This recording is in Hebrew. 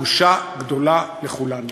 בושה גדולה לכולנו.